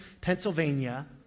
Pennsylvania